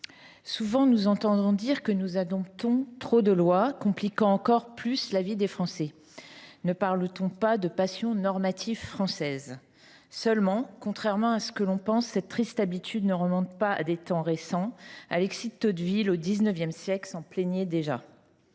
souvent nous entendons dire que nous adoptons trop de lois, compliquant toujours davantage la vie des Français. Ne parle t on pas d’une passion normative française ? Seulement, contrairement à ce que l’on pense, cette triste habitude ne remonte pas à des temps récents : Alexis de Tocqueville, au XIX siècle, s’en plaignait déjà.